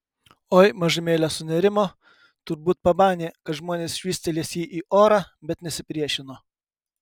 oi mažumėlę sunerimo turbūt pamanė kad žmonės švystelės jį į orą bet nesipriešino